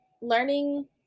learning